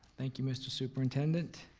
thank you, mr. superintendent.